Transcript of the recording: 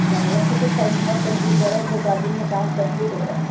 نہیں ویسے تو صحیح ہیں جلدی کرے دو چار دن میں کام کمپلیٹ ہو رہا ہے